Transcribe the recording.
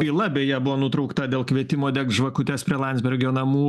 byla beje buvo nutraukta dėl kvietimo degt žvakutes prie landsbergio namų